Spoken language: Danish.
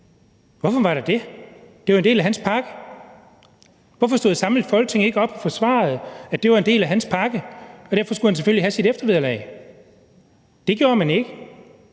Hvorfor var der det? Det var jo en del af hans pakke. Hvorfor stod et samlet Folketing ikke bag og forsvarede, at det var en del af hans pakke, og at han derfor selvfølgelig skulle have sit eftervederlag? Det gjorde man ikke.